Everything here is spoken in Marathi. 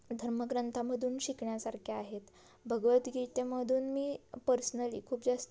धर्मग्रंथामधून शिकण्यासारख्या आहेत भगवद्गीतेमधून मी पर्सनली खूप जास्त